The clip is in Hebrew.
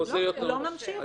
לא ממשיך להיות פושע.